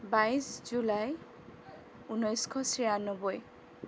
বাইছ জুলাই উনৈছশ ছিয়ান্নব্বৈ